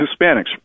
Hispanics